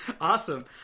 awesome